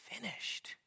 finished